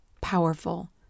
powerful